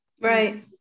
right